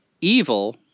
evil